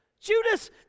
Judas